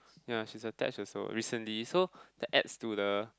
ya she's attached also recently so that adds to the